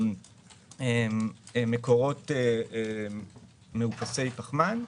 למקורות מאופסי פחמן.